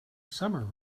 summer